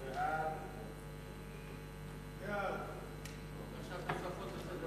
הצעת ועדת הפנים והגנת